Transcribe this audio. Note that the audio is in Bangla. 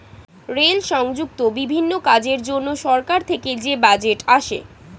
রেল সংযুক্ত বিভিন্ন কাজের জন্য সরকার থেকে যে বাজেট আসে